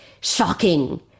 shocking